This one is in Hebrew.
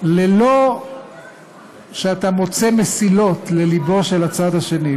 ללא שאתה מוצא מסילות ללבו של הצד השני,